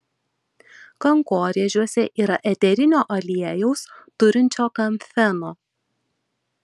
kankorėžiuose yra eterinio aliejaus turinčio kamfeno